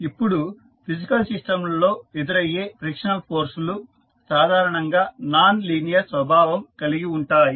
ఇప్పుడు ఫిజికల్ సిస్టంలలో ఎదురయ్యే ఫ్రిక్షనల్ ఫోర్స్ లు సాధారణంగా నాన్ లీనియర్ స్వభావం కలిగి ఉంటాయి